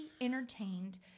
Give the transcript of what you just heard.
entertained